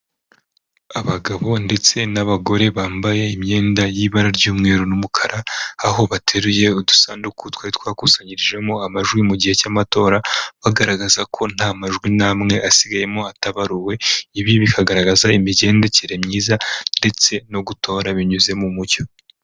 Abagabo ndetse n'abagore bambaye imyenda y'ibara ry'umweru n'umukara, aho bateruye udusanduku twari twakusanyirijwemo amajwi mu gihe cy'amatora, bagaragaza ko nta majwi n'amwe asigayemo atabaruwe, ibi bikagaragaza imigendekere myiza ndetse no gutora binyuze mu mucyo.